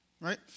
Right